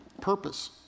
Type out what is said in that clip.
purpose